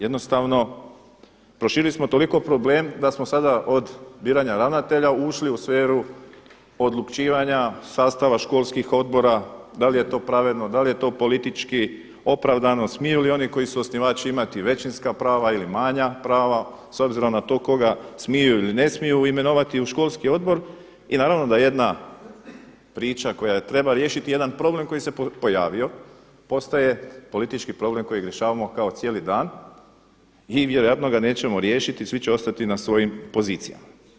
Jednostavno proširili smo toliko problem da smo sada od biranja ravnatelja ušli u sferu odlučivanja, sastava školskih odbora, da li je to pravedno, da li je to politički opravdano, smiju li oni koji su osnivači imati većinska prava ili manja prava s obzirom na to koga smiju ili ne smiju imenovati u školski odbor i naravno, da jedna priča koja treba riješiti jedan problem koji se pojavio postaje politički problem kojeg rješavamo kao cijeli dan i vjerojatno ga nećemo riješiti svi će ostati na svojim pozicijama.